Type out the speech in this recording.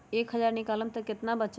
एक हज़ार निकालम त कितना वचत?